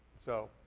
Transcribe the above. so,